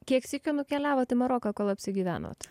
kiek sykių nukeliavot į maroką kol apsigyvenot